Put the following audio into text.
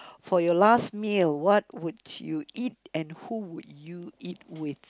for your last meal what would you eat and who would you eat with